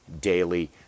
daily